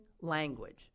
language